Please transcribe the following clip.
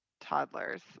toddlers